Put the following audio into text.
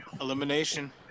Elimination